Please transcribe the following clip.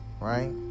Right